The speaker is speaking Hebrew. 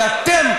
כי אתם,